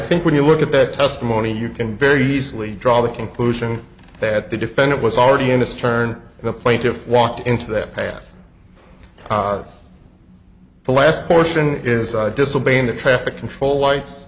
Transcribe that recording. think when you look at that testimony you can very easily draw the conclusion that the defendant was already in this turn the plaintiff walked into that path the last portion is disobeying the traffic control lights